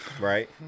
Right